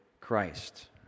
Christ